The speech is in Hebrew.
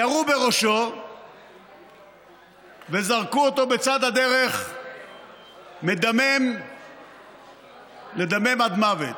ירו בראשו וזרקו אותו בצד הדרך לדמם עד מוות.